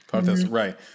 Right